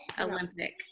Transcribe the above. Olympic